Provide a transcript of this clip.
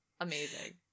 Amazing